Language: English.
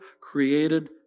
created